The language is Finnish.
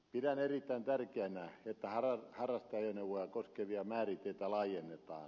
pidän erittäin tärkeänä että harrasteajoneuvoja koskevia määritteitä laajennetaan